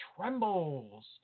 trembles